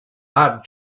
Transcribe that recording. had